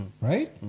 right